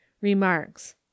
Remarks